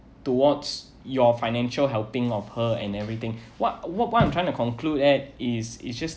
towards your financial helping of her and everything what what what I'm trying to conclude at is is just